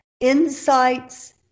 insights